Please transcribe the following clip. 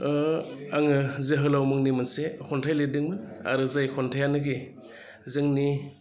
आङो जोहोलाव मुंनि मोनसे खन्थाइ लिरदोंमोन आरो जाय खन्थाइआनोकि जोंनि